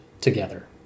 together